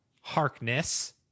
Harkness